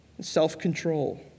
self-control